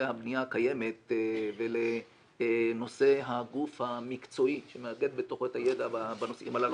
הבנייה הקיימת ולנושא הגוף המקצועי שמאגד בתוכו את הידע בנושאים הללו.